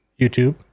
YouTube